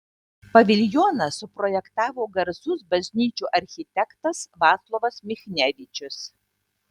paviljoną suprojektavo garsus bažnyčių architektas vaclovas michnevičius